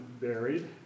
buried